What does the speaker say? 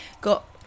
got